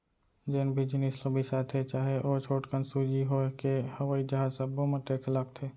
जेन भी जिनिस ल बिसाथे चाहे ओ छोटकन सूजी होए के हवई जहाज सब्बो म टेक्स लागथे